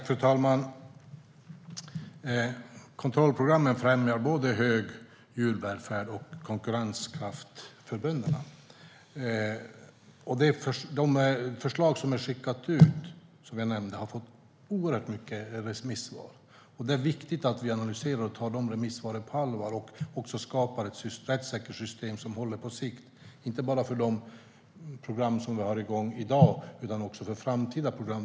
Fru talman! Kontrollprogrammen främjar både hög djurvälfärd och konkurrenskraft för bönderna. De förslag som skickats ut har som jag nämnde fått oerhört många remissvar. Det är viktigt att vi analyserar de remissvaren och tar dem på allvar och att vi skapar ett rättssäkert system som håller på sikt - inte bara för de program vi har igång i dag utan också för framtida program.